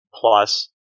plus